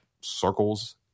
circles